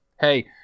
Hey